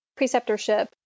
preceptorship